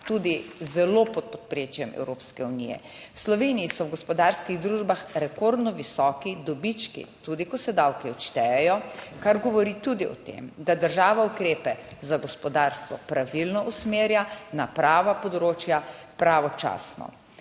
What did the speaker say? tudi zelo pod povprečjem Evropske unije. V Sloveniji so v gospodarskih družbah rekordno visoki dobički, tudi ko se davki odštejejo, kar govori tudi o tem, da država ukrepe za gospodarstvo pravilno usmerja na prava področja pravočasno.